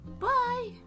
Bye